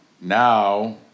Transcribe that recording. now